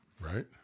Right